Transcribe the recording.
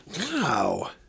wow